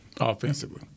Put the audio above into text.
Offensively